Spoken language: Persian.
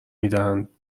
میدهند